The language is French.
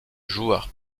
joueur